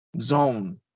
zone